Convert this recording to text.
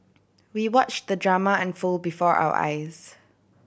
we watch the drama unfold before our eyes